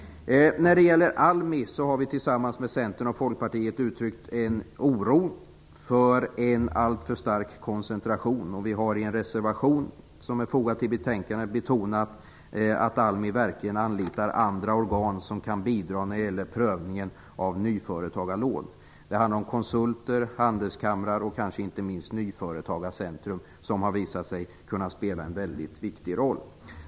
När det gäller Almi har vi tillsammans med Centern och Folkpartiet uttryckt oro för en alltför stark koncentration. Vi har i en reservation som är fogad till betänkandet betonat att Almi verkligen skall anlita andra organ som kan bidra när det gäller prövningen av nyföretagarlån. Det handlar om konsulter, handelskamrar och kanske inte minst nyföretagarcentrum, som har visat sig kunna spela en väldigt viktig roll.